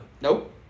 Nope